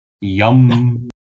Yum